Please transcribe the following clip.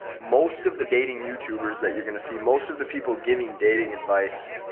most of the dating youtubers that you're going to see, most of the people giving dating advice,